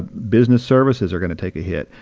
business services are going to take a hit.